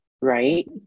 right